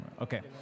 Okay